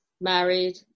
married